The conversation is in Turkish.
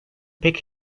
pek